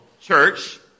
church